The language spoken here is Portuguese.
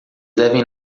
devem